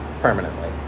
permanently